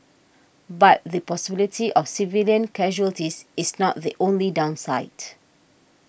but the possibility of civilian casualties is not the only downside